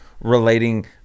relating